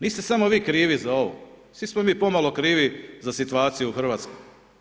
Niste samo vi krivi za ovo, svi smo mi pomalo za situaciju u Hrvatskoj.